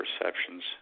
perceptions